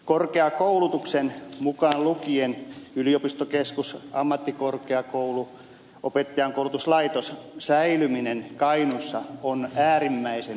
korkeakoulutuksen mukaan lukien yliopistokeskus ammattikorkeakoulu opettajankoulutuslaitos säilyminen kainuussa on äärimmäisen tärkeää